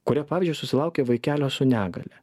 kurie pavyzdžiui susilaukė vaikelio su negalia